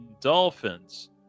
Dolphins